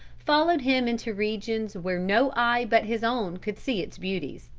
followed him into regions where no eye but his own could see its beauties.